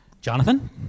Jonathan